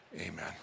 amen